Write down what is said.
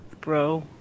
bro